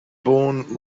born